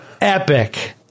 epic